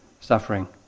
suffering